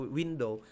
window